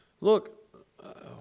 Look